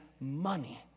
money